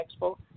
Expo